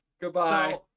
goodbye